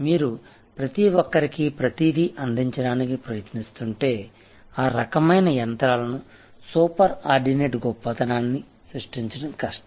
మీరు ప్రతిఒక్కరికీ ప్రతిది అందించడానికి ప్రయత్నిస్తుంటే ఆ రకమైన యంత్రాలను సూపర్ ఆర్డినేట్ గొప్పతనాన్ని సృష్టించడం కష్టం